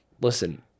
listen